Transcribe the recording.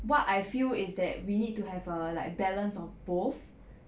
what I feel is that we need to have a like balance of both